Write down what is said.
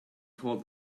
called